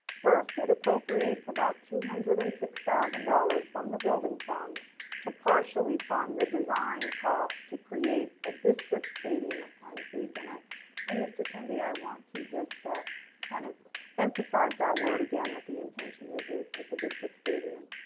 first, it appropriates about two hundred and six thousand dollars from the building fund to partially fund the design costs to create a district stadium at pine creek, and i and mr. temby. i want to just kind of emphasize that word again at. the intention is that it's a district stadium.